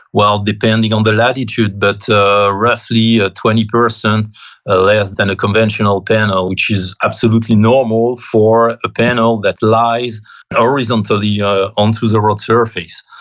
while depending on the latitude, but roughly ah twenty percent ah less than a conventional panel, which is absolutely normal for a panel that lies horizontally yeah ah onto the road surface,